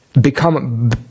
become